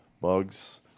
bugs